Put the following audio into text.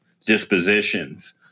dispositions